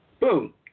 Boom